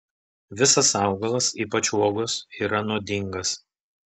visas augalas ypač uogos yra nuodingas